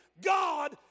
God